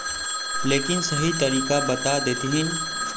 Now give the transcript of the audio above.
लेकिन सही तरीका बता देतहिन?